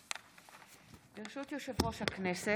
ברשות יושב-ראש הכנסת,